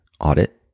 audit